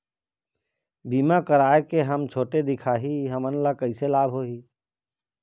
बीमा कराए के हम छोटे दिखाही हमन ला कैसे लाभ होही?